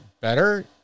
Better